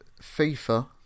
FIFA